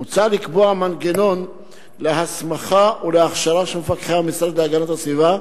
מוצע לקבוע מנגנון להסמכה ולהכשרה של מפקחי המשרד להגנת הסביבה.